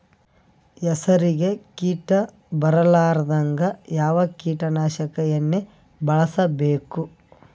ಹೆಸರಿಗಿ ಕೀಟ ಬರಲಾರದಂಗ ಯಾವ ಕೀಟನಾಶಕ ಎಣ್ಣಿಬಳಸಬೇಕು?